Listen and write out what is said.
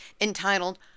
entitled